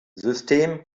system